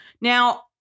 Now